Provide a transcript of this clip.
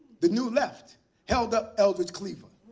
the new left held up eldridge cleaver,